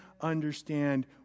understand